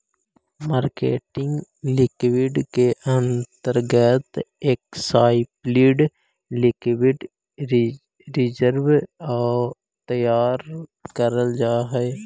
marketing liquidity के अंतर्गत explicit liquidity reserve तैयार कैल जा हई